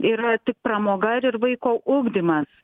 yra tik pramoga ar ir vaiko ugdymas